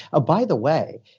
ah by the way,